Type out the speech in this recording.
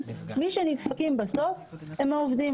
אלא העובדים.